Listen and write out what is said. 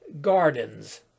gardens